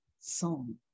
song